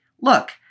Look